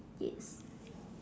it's